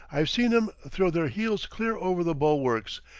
i've seen em throw their heels clear over the bulwarks,